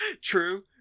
True